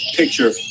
picture